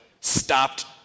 stopped